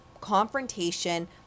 confrontation